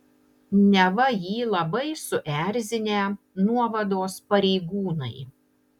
neva jį labai suerzinę nuovados pareigūnai